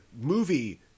Movie